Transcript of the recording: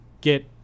get